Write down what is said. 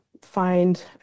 find